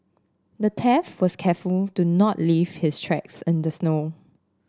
the thief was careful to not leave his tracks in the snow